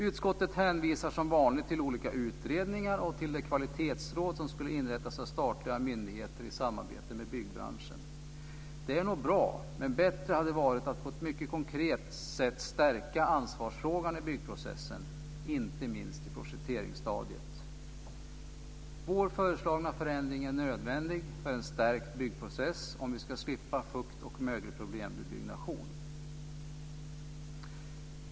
Utskottet hänvisar som vanligt till olika utredningar och till det kvalitetsråd som skulle inrättas av statliga myndigheter i samarbete med byggbranschen. Det är nog bra, men bättre hade varit att på ett mycket konkret sätt stärka ansvarsfrågan i byggprocessen, inte minst i projekteringsstadiet. Vår föreslagna förändring är nödvändig för en stärkt byggprocess om vi ska slippa fukt och mögelproblem vid byggnation.